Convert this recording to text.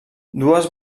dues